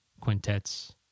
quintets